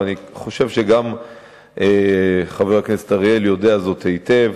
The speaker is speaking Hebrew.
ואני חושב שגם חבר הכנסת אריאל יודע זאת היטב,